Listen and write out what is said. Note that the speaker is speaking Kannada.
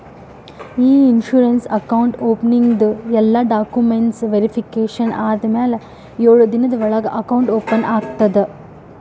ಇ ಇನ್ಸೂರೆನ್ಸ್ ಅಕೌಂಟ್ ಓಪನಿಂಗ್ದು ಎಲ್ಲಾ ಡಾಕ್ಯುಮೆಂಟ್ಸ್ ವೇರಿಫಿಕೇಷನ್ ಆದಮ್ಯಾಲ ಎಳು ದಿನದ ಒಳಗ ಅಕೌಂಟ್ ಓಪನ್ ಆಗ್ತದ